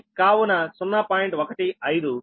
15అది వచ్చి 13